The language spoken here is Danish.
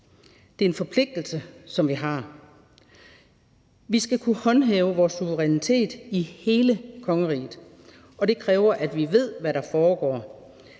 Det er en forpligtelse, som vi har. Vi skal kunne håndhæve vores suverænitet i hele kongeriget, og det kræver, at vi ved, hvad der foregår.